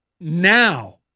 now